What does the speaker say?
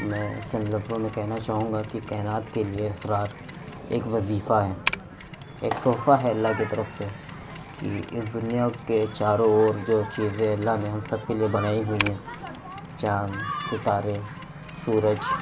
میں چند لفظوں میں کہنا چاہوں گا کہ کائنات کے لیے اسرار ایک وظیفہ ہے ایک تحفہ ہے اللہ کی طرف سے اِس دُنیا کے چاروں اور جو چیزیں اللہ نے ہم سب کے لیے بنائی ہوئی ہیں چاند ستارے سورج